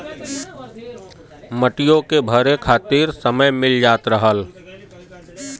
मटियो के भरे खातिर समय मिल जात रहल